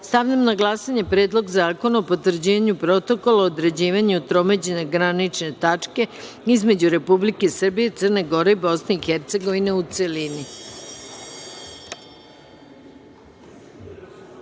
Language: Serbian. na glasanje Predlog Zakona o potvrđivanju Protokola određivanju tromeđne granične tačke između Republike Srbije, Crne Gore, Bosne i Hercegovine, u